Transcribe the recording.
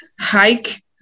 Hike